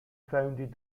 founded